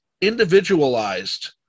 individualized